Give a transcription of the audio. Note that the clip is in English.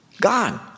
God